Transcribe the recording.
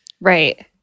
right